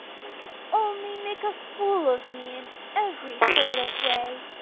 and can only make a fool of me in every sort of way.